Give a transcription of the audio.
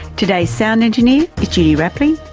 today's sound engineer is judy rapley.